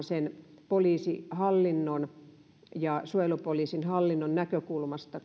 sen nimenomaan poliisihallinnon ja suojelupoliisin hallinnon näkökulmasta